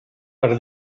per